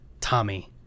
Tommy